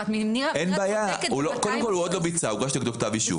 -- אם הוגש נגדו כתב אישום.